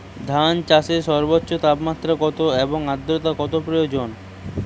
ধান চাষে সর্বোচ্চ তাপমাত্রা কত এবং আর্দ্রতা কত প্রয়োজন?